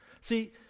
See